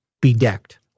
bedecked